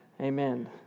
Amen